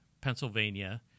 Pennsylvania